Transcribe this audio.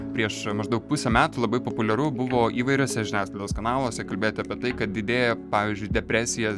prieš maždaug pusę metų labai populiaru buvo įvairiose žiniasklaidos kanaluose kalbėti apie tai kad didėja pavyzdžiui depresija